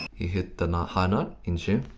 he hit that ah high note. in tune.